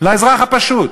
לאזרח הפשוט,